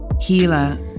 healer